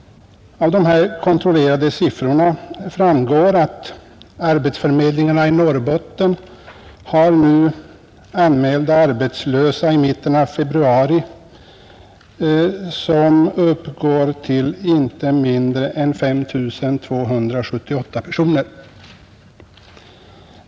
Av dessa kontrollerade siffror framgår att antalet anmälda arbetslösa hos arbetsförmedlingarna i Norrbotten i mitten av februari uppgick till inte mindre än 5 278.